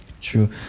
True